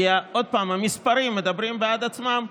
כי עוד פעם המספרים מדברים בעד עצמם.